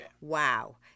wow